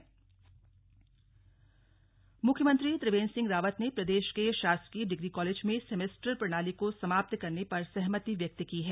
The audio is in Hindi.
स्लग सेमेस्टर प्रणाली मुख्यमंत्री त्रिवेंद्र सिंह रावत ने प्रदेश के शासकीय डिग्री कॉलेजों में सेमेस्टर प्रणाली को समाप्त करने पर सहमति व्यक्त की है